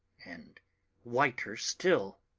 and whiter still.